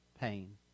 pain